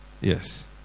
Yes